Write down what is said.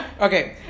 Okay